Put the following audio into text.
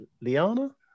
Liana